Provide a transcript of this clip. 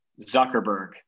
Zuckerberg